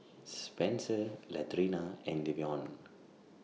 Spenser Latrina and Davion